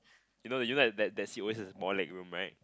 you know you know that that seat always has more leg room right